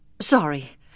Sorry